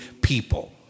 people